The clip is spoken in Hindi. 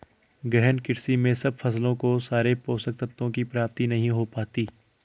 गहन कृषि में सब फसलों को सारे पोषक तत्वों की प्राप्ति नहीं हो पाती